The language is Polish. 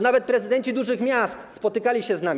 Nawet prezydenci dużych miast spotykali się z nami.